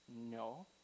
No